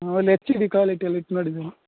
ಆಮೇಲೆ H D ಕ್ವಾಲಿಟಿಯಲ್ಲಿ ಇಟ್ಟು ನೋಡಿದ್ದೇನೆ